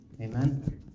Amen